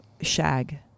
shag